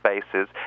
spaces